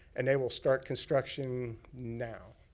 and they will start construction now.